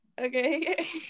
okay